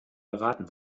beraten